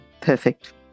perfect